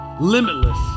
limitless